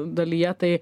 dalyje tai